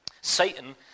Satan